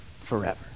forever